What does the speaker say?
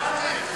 לא, תגיש הצעה.